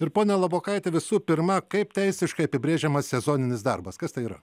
ir ponia labokaitė visų pirma kaip teisiškai apibrėžiamas sezoninis darbas kas tai yra